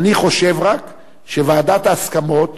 שוועדת ההסכמות,